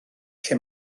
lle